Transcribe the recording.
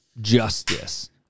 justice